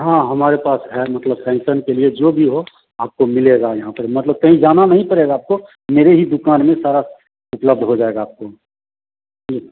हाँ हमारे पास है मतलब फैंक्सन के लिए जो भी हो आपको मिलेगा यहाँ पर मतलब कहीं जाना नहीं पड़ेगा आपको मेरे ही दुकान में सारा उपलब्ध हो जाएगा आपको ठीक